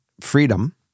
freedom